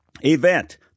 event